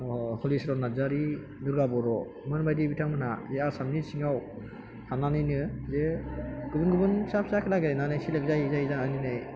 दङ हलिचरन नार्जारि दुर्गा बर'मोन बायदि बिथांमोना आसामनि सिङाव थांनानैनो बे गुबुन गुबुन फिसा फिसा खेला गेलेनानै सेलेक्ट जायै जायै जानानै दिनै